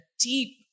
deep